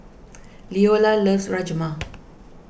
Leola loves Rajma